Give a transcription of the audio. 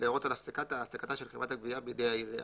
להורות על הפסקת העסקתה של חברת הגבייה בידי העירייה,